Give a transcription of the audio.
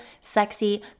sexy